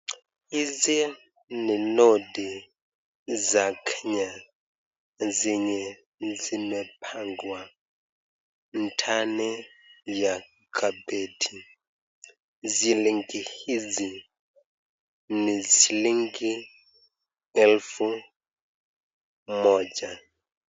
Hizi ni noti za Kenya zenye zimepangwa ndani ya kabeti. Shilingi hizi ni shilingi elfu moja.